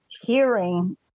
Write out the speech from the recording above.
hearing